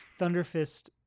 Thunderfist